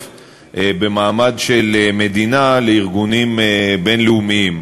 במעמד של מדינה לארגונים בין-לאומיים.